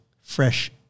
fresh